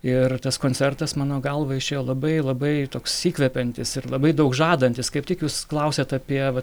ir tas koncertas mano galva išėjo labai labai toks įkvepiantis ir labai daug žadantis kaip tik jūs klausiat apie va